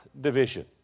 division